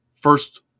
first